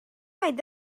have